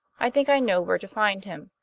i think i know where to find him.